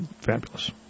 fabulous